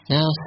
Now